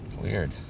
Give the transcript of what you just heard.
Weird